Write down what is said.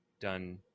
done